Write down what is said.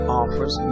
offers